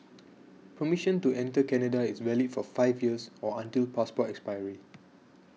permission to enter Canada is valid for five years or until passport expiry